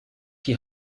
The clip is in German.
die